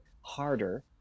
harder